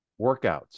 workouts